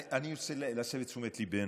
אני רוצה להסב את תשומת ליבנו.